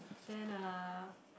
then ah